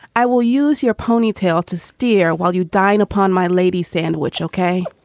i will use your ponytail to steer while you dine upon my lady sandwich. ok